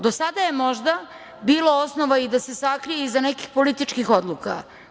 Do sada je možda bilo osnova i da se sakrije iza nekih političkih odluka.